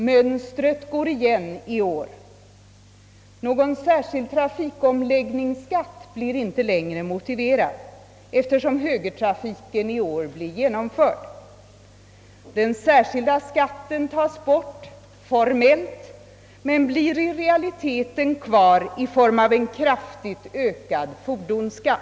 Det mönstret går igen i år: någon särskild trafikomläggningsskatt är inte längre motiverad eftersom högertrafikomläggningen i år genomförs; den särskilda skatten tas formellt bort men blir i realiteten kvar i form av en kraftigt ökad fordonsskatt.